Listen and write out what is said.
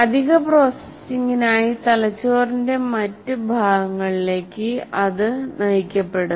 അധിക പ്രോസസ്സിംഗിനായി തലച്ചോറിന്റെ മറ്റ് ഭാഗങ്ങളിലേക്ക് അത് നയിക്കപ്പെടുന്നു